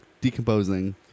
decomposing